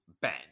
Ben